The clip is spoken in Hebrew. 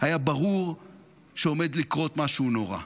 היה ברור שעומד לקרות משהו נורא.